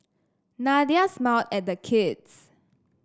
Nadia smiled at the kids